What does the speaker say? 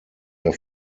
der